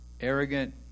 arrogant